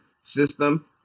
system